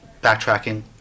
backtracking